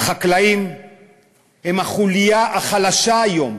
והחקלאים הם החוליה החלשה היום,